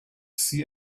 see